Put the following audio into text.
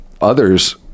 others